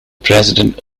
president